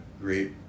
great